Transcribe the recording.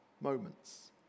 moments